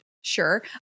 sure